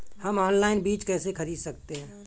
हम ऑनलाइन बीज कैसे खरीद सकते हैं?